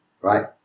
right